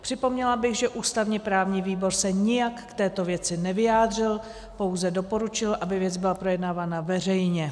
Připomněla bych, že ústavněprávní výbor se nijak k této věci nevyjádřil, pouze doporučil, aby věc byla projednávána veřejně.